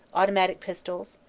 automatic pistols,